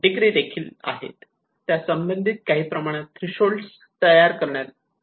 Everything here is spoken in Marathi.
डिग्री देखील त्यासंबंधित काही प्रमाणात थ्रेशोल्ड तयार करते